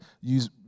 use